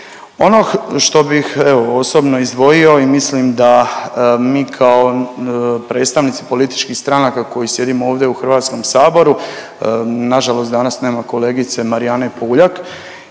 Ono što bih evo osobno izdvojio i mislim da mi kao predstavnici političkih stranaka koji sjedimo ovdje u HS-u, nažalost nema kolegice Marijane Puljak